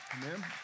Amen